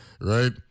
right